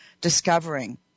discovering